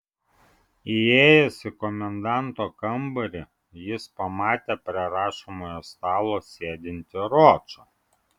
įėjęs į komendanto kambarį jis pamatė prie rašomojo stalo sėdintį ročą